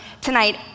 tonight